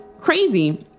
crazy